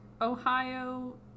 Ohio